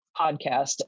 podcast